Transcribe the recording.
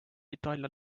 itaalia